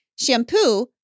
shampoo